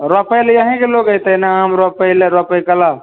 रोपैले यहींके लोग एतै ने आम रोपैले रोपै कला